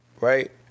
right